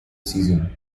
season